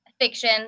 fiction